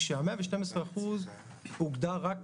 הכול אמת והכול טוב ונכון.